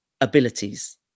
abilities